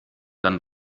dann